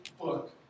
book